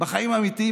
בחיים האמיתיים,